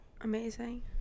Amazing